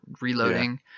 reloading